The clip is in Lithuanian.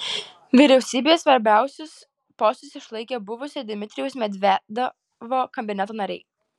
vyriausybėje svarbiausius postus išlaikė buvusio dmitrijaus medvedevo kabineto nariai